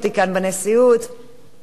כדי שאוכל לשאת את דברי מהפודיום,